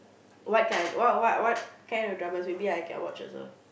what kind what what what kind of drama maybe I can watch also